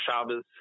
Shabbos